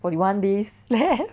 forty one days left